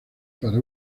para